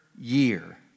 year